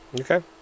Okay